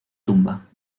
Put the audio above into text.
tumba